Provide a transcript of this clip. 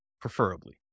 preferably